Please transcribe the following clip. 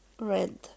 red